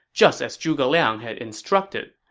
just as zhuge liang had instructed.